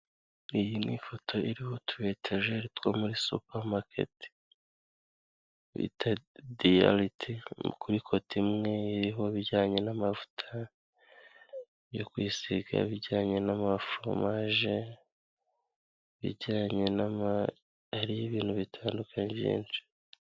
Iyi ni ifoto iriho utuyetajeri two muri supamaketi, kuri kote imwe iriho ibijyanye n'amavuta yo kwisiga, ibijyanye n'amaforomaje, hariho bitandukanye byinshi.